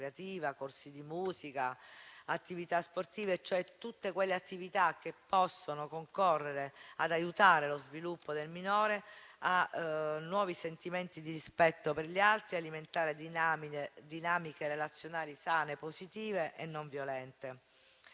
corsi di musica, attività sportive, ossia tutte quelle attività che possono concorrere ad aiutare lo sviluppo del minore a nuovi sentimenti di rispetto per gli altri e alimentare dinamiche relazionali sane, positive e non violente.